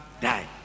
die